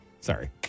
Sorry